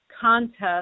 contest